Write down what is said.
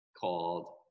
called